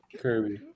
Kirby